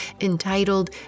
entitled